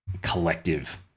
collective